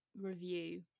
review